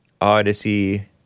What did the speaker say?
Odyssey